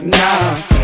now